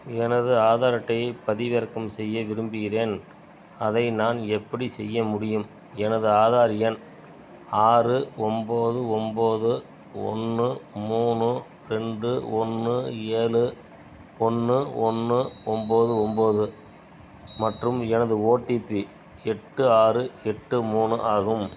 எனது ஆதார் அட்டையை பதிவிறக்கம் செய்ய விரும்புகிறேன் அதை நான் எப்படிச் செய்ய முடியும் எனது ஆதார் எண் ஆறு ஒம்போது ஒம்போது ஒன்று மூணு ரெண்டு ஒன்று ஏழு ஒன்று ஒன்று ஒம்போது ஒம்போது மற்றும் எனது ஓடிபி எட்டு ஆறு எட்டு மூணு ஆகும்